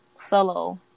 solo